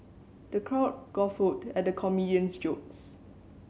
the crowd guffawed at the comedian's jokes